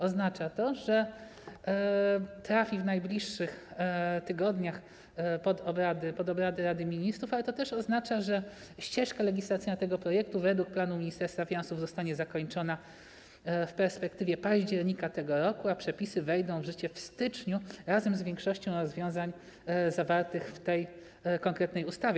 Oznacza to, że trafi w najbliższych tygodniach pod obrady Rady Ministrów, ale to też oznacza, że ścieżka legislacyjna tego projektu według planu Ministerstwa Finansów zostanie zakończona w perspektywie października tego roku, a przepisy wejdą w życie w styczniu, razem z większością rozwiązań zawartych w tej konkretnej ustawie.